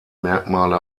merkmale